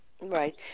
Right